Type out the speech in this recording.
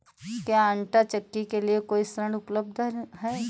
क्या आंटा चक्की के लिए कोई ऋण उपलब्ध है?